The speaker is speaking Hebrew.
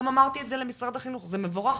גם אמרתי את זה למשרד החינוך, זה מבורך,